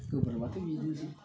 गोब्राबाथ' बेनोसै